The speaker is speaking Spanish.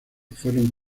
fueron